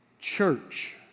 church